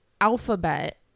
alphabet